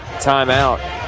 timeout